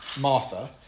Martha